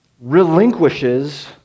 relinquishes